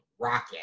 rocket